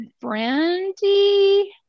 brandy